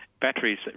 batteries